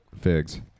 Figs